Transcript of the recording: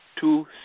two